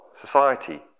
society